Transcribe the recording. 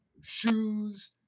shoes